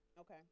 Okay